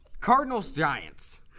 Cardinals-Giants